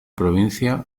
provincia